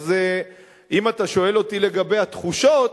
אז אם אתה שואל אותי לגבי התחושות,